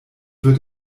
wird